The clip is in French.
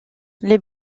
les